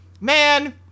man